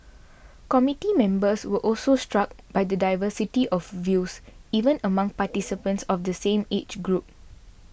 committee members were also struck by the diversity of views even among participants of the same age group